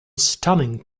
stunning